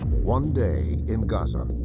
one day in gaza.